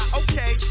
okay